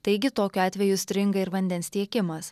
taigi tokiu atveju stringa ir vandens tiekimas